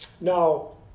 Now